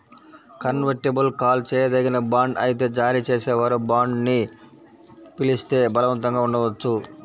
convertible call చేయదగిన bond అయితే జారీ చేసేవారు బాండ్ని పిలిస్తే బలవంతంగా ఉండవచ్చు